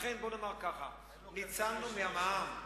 לכן בואו נאמר כך: ניצלנו מן המע"מ,